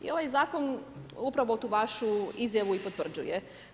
I ovaj zakon upravo tu vašu izjavu i potvrđuje.